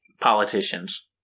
Politicians